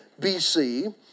BC